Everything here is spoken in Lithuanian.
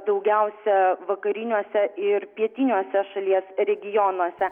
daugiausia vakariniuose ir pietiniuose šalies regionuose